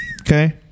Okay